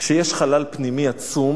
כשיש חלל פנימי עצום